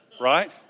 right